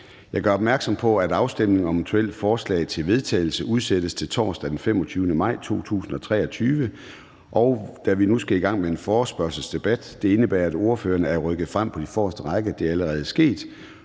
Jeg gør opmærksom på, at afstemning om eventuelle forslag til vedtagelse udsættes til torsdag den 25. maj 2023. Da vi nu skal i gang med en forespørgselsdebat, indebærer det, at ordførerne rykker frem på de forreste rækker, og det er allerede sket.